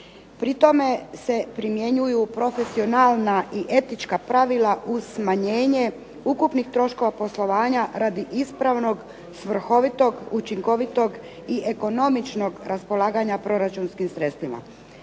Pri tome se primjenjuju profesionalna i etička pravila uz smanjenje ukupnih troškova poslovanja radi ispravnog, svrhovitog, učinkovitog i ekonomičnog raspolaganja proračunskim sredstvima.